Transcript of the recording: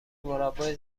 مربای